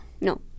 no